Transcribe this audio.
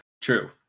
True